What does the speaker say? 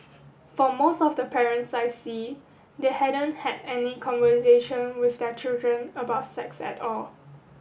for most of the parents I see they haven't had any conversation with their children about sex at all